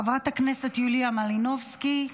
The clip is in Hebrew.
חברת הכנסת יוליה מלינובסקי.